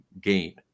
gain